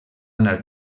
anar